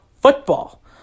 football